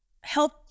help